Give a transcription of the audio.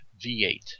V8